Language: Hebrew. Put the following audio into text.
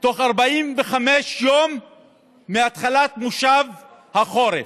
בתוך 45 יום מהתחלת מושב החורף.